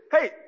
Hey